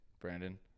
Brandon